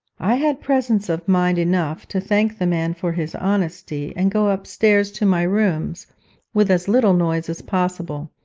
i had presence of mind enough to thank the man for his honesty, and go upstairs to my rooms with as little noise as possible.